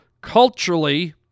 culturally